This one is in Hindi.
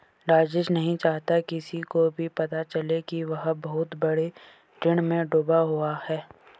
राजेश नहीं चाहता किसी को भी पता चले कि वह बहुत बड़े ऋण में डूबा हुआ है